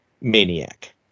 Maniac